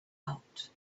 out